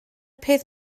peth